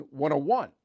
101